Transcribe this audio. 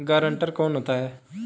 Guarantor कौन होता है?